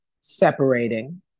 separating